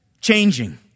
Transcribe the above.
Changing